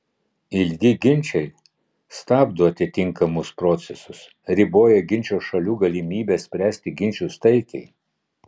ilgi ginčai stabdo atitinkamus procesus riboja ginčo šalių galimybes spręsti ginčus taikiai